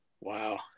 Wow